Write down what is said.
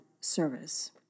service